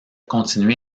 continué